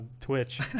twitch